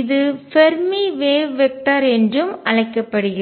இது Fermi wave vector அலை திசையன் என்றும் அழைக்கப்படுகிறது